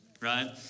right